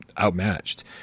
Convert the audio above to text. outmatched